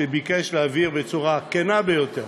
שביקש בצורה הכנה ביותר